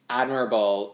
admirable